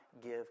give